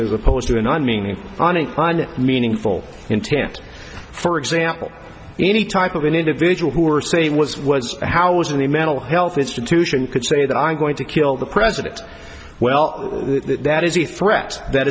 as opposed to not meaning uninclined meaningful intent for example any type of an individual who or say he was was housed in the mental health institution could say that i'm going to kill the president well that is a threat that